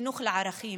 חינוך לערכים,